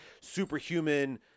superhuman